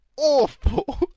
AWFUL